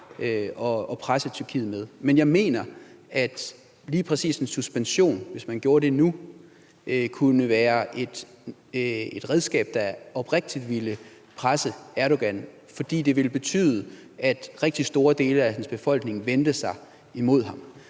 at presse Tyrkiet med. Men jeg mener, at lige præcis en suspension – hvis man gjorde det nu – kunne være et redskab, der oprigtigt ville presse Erdogan, fordi det ville betyde, at rigtig store dele af hans befolkning ville vende sig imod ham.